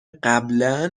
قبلا